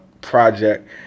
project